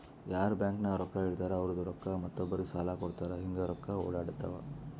ಯಾರ್ ಬ್ಯಾಂಕ್ ನಾಗ್ ರೊಕ್ಕಾ ಇಡ್ತಾರ ಅವ್ರದು ರೊಕ್ಕಾ ಮತ್ತೊಬ್ಬರಿಗ್ ಸಾಲ ಕೊಡ್ತಾರ್ ಹಿಂಗ್ ರೊಕ್ಕಾ ಒಡ್ಯಾಡ್ತಾವ